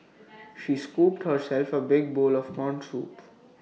she scooped herself A big bowl of Corn Soup